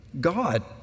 God